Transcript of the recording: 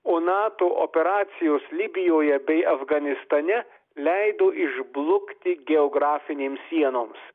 o nato operacijos libijoje bei afganistane leido išblukti geografinėms sienoms